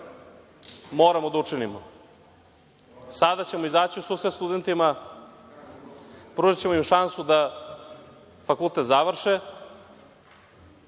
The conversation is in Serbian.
moramo da učinimo. Sada ćemo izaći u susret studentima, pružićemo im šansu da fakultet završe